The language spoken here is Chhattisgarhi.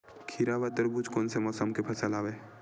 खीरा व तरबुज कोन से मौसम के फसल आवेय?